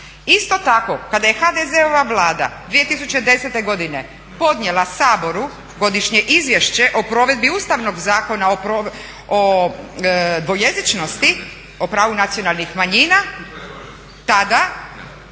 Isto tako kada je HDZ-ova vlada 2010.godine podnijela Saboru Godišnje izvješće o provedbi Ustavnog zakona o dvojezičnosti o pravu nacionalnih manjina tada